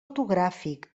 ortogràfic